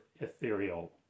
ethereal